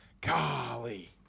Golly